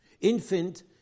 infant